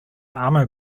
armour